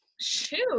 Shoot